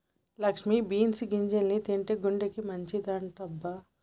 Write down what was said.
Lakshmi beans గింజల్ని తింటే గుండెకి మంచిదంటబ్బ